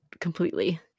completely